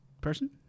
person